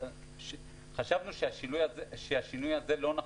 חשבנו שהשינוי הזה לא נחוץ.